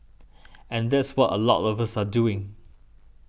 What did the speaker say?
and that's what a lot us are doing